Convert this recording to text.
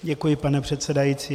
Děkuji, pane předsedající.